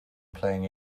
playing